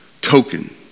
token